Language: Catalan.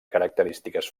característiques